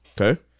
okay